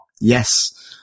yes